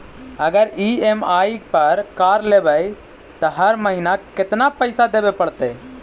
अगर ई.एम.आई पर कार लेबै त हर महिना केतना पैसा देबे पड़तै?